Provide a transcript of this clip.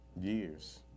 Years